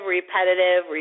repetitive